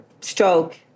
stroke